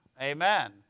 Amen